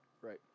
right